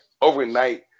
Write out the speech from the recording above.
overnight